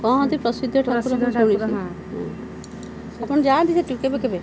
କୁହନ୍ତି ପ୍ରସିଦ୍ଧ ଠାକୁରଙ୍କ ହଁ ଆପଣ ଯାଆନ୍ତି ସେଠିକି କେବେ କେବେ